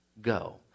go